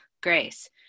Grace